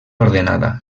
ordenada